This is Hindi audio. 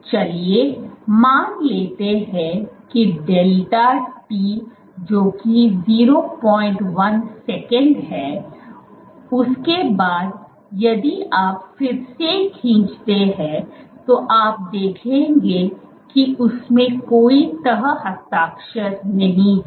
चलिए मान लेते हैं कि डेल्टा टी जो कि 01 सेकंड है उसके बाद यदि आप फिर से खींचते हैं तो आप देखेंगे कि उसमें कोई तह हस्ताक्षर नहीं है